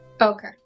Okay